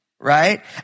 Right